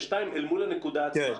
ובנוסף,